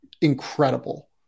incredible